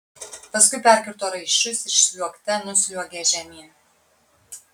paskui perkirto raiščius ir sliuogte nusliuogė žemyn